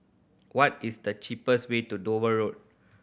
what is the cheapest way to Dover Road